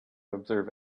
observe